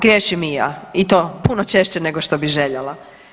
Griješim i ja i to puno češće nego što bi željela.